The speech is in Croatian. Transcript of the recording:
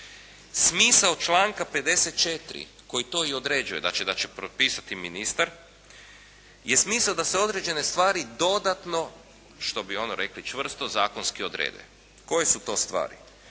Smisao članka 54. koji to i određuje, znači da će propisati ministar je smisao da se određene stvari dodatno što bi ono rekli čvrsto zakonski odrede koje su to stvari.